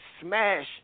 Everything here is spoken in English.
smash